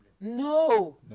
No